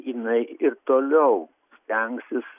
jinai ir toliau stengsis